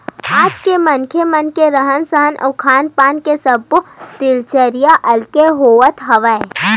आज के मनखे मन के रहन सहन अउ खान पान के सब्बो दिनचरया अलगे होवत हवय